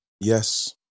Yes